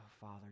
Father